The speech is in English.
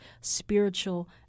spiritual